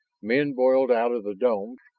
men boiled out of the domes,